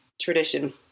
tradition